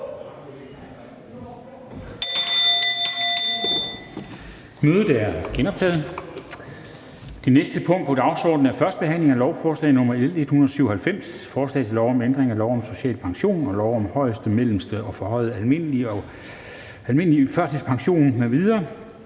(Kl. 16:47). --- Det næste punkt på dagsordenen er: 16) 1. behandling af lovforslag nr. L 197: Forslag til lov om ændring af lov om social pension og lov om højeste, mellemste, forhøjet almindelig og almindelig førtidspension m.v.